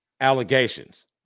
allegations